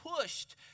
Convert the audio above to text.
pushed